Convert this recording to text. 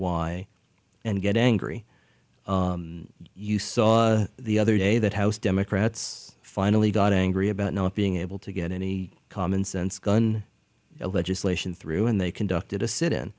why and get angry you saw the other day that house democrats finally got angry about not being able to get any commonsense gun legislation through and they conducted a sit in